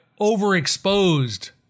overexposed